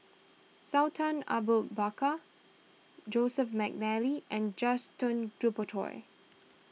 Sultan Abu Bakar Joseph McNally and Gaston Dutronquoy